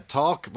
talk